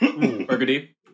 burgundy